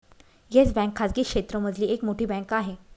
yes Bank खाजगी क्षेत्र मधली एक मोठी बँक आहे